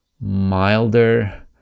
milder